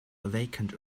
awakened